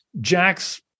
Jack's